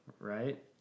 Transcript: Right